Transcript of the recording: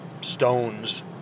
stones